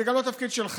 זה גם לא התפקיד שלך,